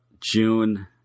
June